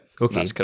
Okay